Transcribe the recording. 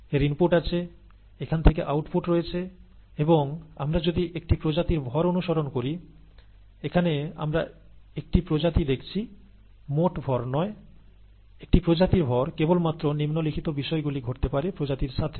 এর ইনপুট আছে এখান থেকে আউটপুট রয়েছে এবং আমরা যদি একটি প্রজাতির ভর অনুসরণ করি এখানে আমরা একটি প্রজাতি দেখছি মোট ভর নয় একটি প্রজাতির ভর কেবলমাত্র নিম্নলিখিত বিষয়গুলি ঘটতে পারে প্রজাতির সাথে